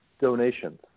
donations